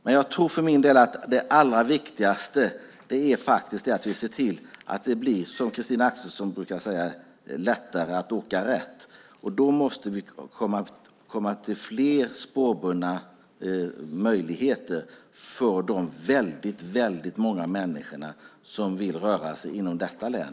Men jag tror för min del att det allra viktigaste faktiskt är att vi ser till att det, som Christina Axelsson brukar säga, blir lättare att åka rätt. Då måste det bli fler spårbundna möjligheter för de väldigt många människor som vill röra sig inom detta län.